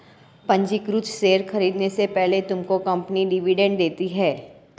पंजीकृत शेयर खरीदने से पहले तुमको कंपनी डिविडेंड देती है